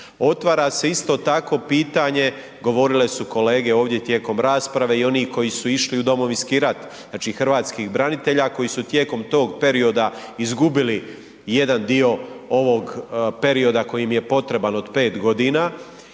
Otvara se isto tako pitanje, govorile su kolege ovdje tijekom rasprave i onih kojih išli u Domovinskih rat. Znači Hrvatskih branitelja koji su tijekom tog perioda izgubili jadan dio ovog perioda koji im je potreban od 5 godina.